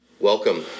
welcome